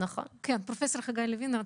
פרופסור חגי לוין.